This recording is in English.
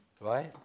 right